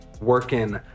working